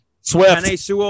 Swift